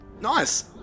Nice